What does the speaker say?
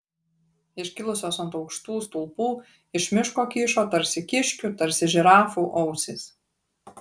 iškilusios ant aukštų stulpų iš miško kyšo tarsi kiškių tarsi žirafų ausys